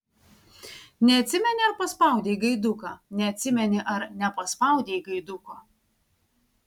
neatsimeni ar paspaudei gaiduką neatsimeni ar nepaspaudei gaiduko